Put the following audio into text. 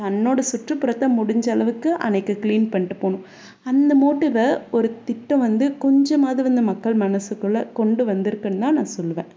தன்னோடய சுற்றுப்புறத்தை முடிஞ்ச அளவுக்கு அன்னைக்கு க்ளீன் பண்ணிவிட்டு போகணும் அந்த மோட்டிவை ஒரு திட்டம் வந்து கொஞ்சமாவது வந்து மக்கள் மனசுக்குள்ளே கொண்டு வந்திருக்குன்னு தான் நான் சொல்வேன்